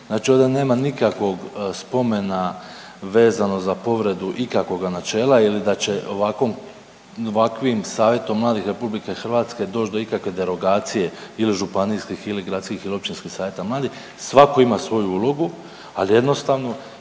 znači ovdje nema nikakvog spomena vezano za povredu ikakvoga načela ili da će ovakvom, ovakvim Savjetom mladih RH doći do ikakve derogacije ili županijskih ili gradskih ili općinskih savjeta mladih, svatko ima svoju ulogu, ali jednostavno